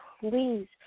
please